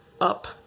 up